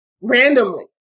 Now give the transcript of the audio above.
randomly